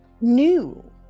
new